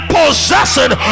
possessing